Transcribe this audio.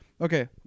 Okay